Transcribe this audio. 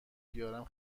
بیارم